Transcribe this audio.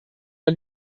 mal